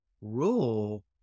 rule